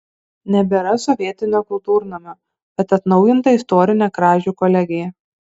nebėra sovietinio kultūrnamio bet atnaujinta istorinė kražių kolegija